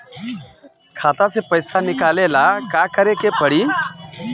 खाता से पैसा निकाले ला का करे के पड़ी?